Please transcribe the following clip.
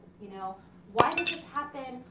you know why did this happen?